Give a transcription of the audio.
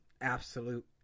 Absolute